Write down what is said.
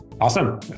Awesome